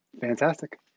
Fantastic